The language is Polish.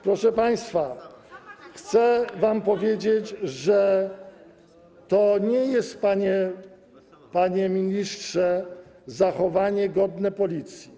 Proszę państwa, chcę wam powiedzieć, że to nie jest, panie ministrze, zachowanie godne policji.